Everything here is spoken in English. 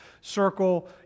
circle